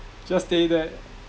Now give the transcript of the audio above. just stay there